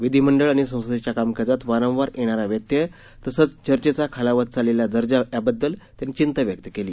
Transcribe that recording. विधिमंडळ आणि संसदेच्या कामकाजात वारंवार येणारा व्यत्यय तसंच चर्चेचा खालावत चाललेला दर्जा याबद्दल त्यांनी चिंता व्यक्त केली